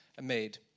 made